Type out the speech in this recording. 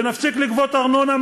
ונפסיק לגבות ארנונה מהנכים,